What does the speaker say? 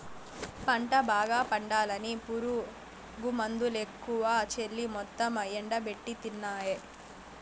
పంట బాగా పండాలని పురుగుమందులెక్కువ చల్లి మొత్తం ఎండబెట్టితినాయే